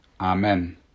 Amen